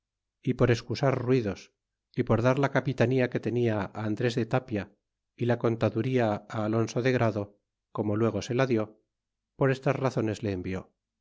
y por escusar ruidos y por dar la capitanía que tenia andres de tapia y la contaduría alonso de grado como luego se la dió por estas razones le envió